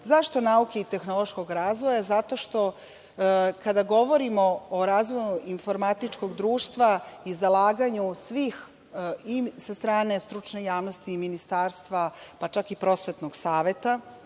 Zašto nauke i tehnološkog razvoja? Zato što kada govorimo o razvoju informatičkog društva i zalaganju svih i sa strane stručne javnosti i ministarstva, pa čak i prosvetnog saveta